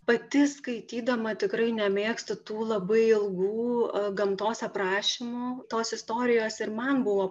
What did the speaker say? pati skaitydama tikrai nemėgstu tų labai ilgų gamtos aprašymų tos istorijos ir man buvo